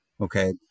Okay